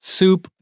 Soup